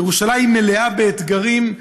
ירושלים מלאה באתגרים,